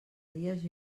dies